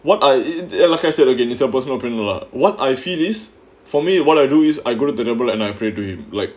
what I like I said again it's a personal opinion lah what I feel is for me what I do is I go to the temple and I pray to him like